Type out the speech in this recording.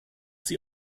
sie